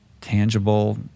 tangible